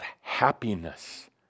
happiness